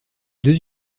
deux